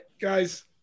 guys